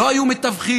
לא היו מתווכים,